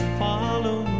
follow